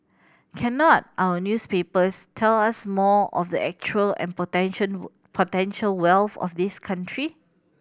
cannot our newspapers tell us more of the actual and potential potential wealth of this country